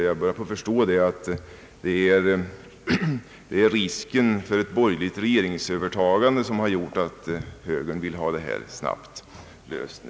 Jag börjar nu förstå att det är risken för ett borgerligt regeringsövertagande som gör att högern vill ha riksdagsskrivelse om en snabb lösning.